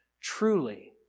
truly